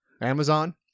Amazon